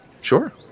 Sure